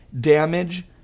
Damage